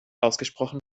ausgesprochen